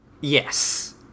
Yes